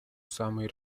самой